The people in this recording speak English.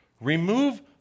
Remove